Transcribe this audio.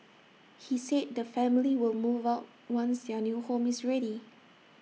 he said the family will move out once their new home is ready